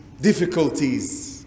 difficulties